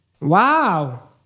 Wow